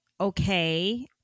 okay